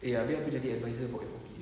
eh abeh aku jadi advisor for F_O_P